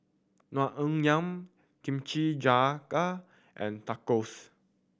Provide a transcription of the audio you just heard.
Naengmyeon Kimchi Jjigae and Tacos